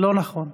לא הקימו?